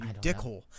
dickhole